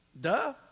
Duh